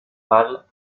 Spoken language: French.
pâle